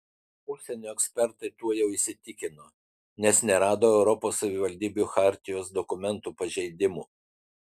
užsienio ekspertai tuo jau įsitikino nes nerado europos savivaldybių chartijos dokumentų pažeidimų